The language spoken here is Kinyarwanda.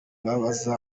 ntibaza